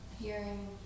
Hearing